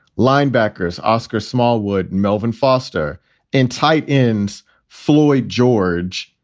linebackers oscar smallwood, melvin foster and tight ends floyd george.